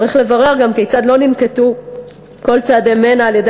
צריך לברר גם כיצד לא ננקטו כל צעדי מנע על-ידי